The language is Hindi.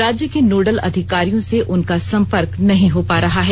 राज्य के नोडल अधिकारियों से उनका संपर्क नहीं हो पा रहा है